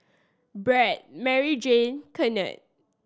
Brad Maryjane Kennard